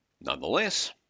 Nonetheless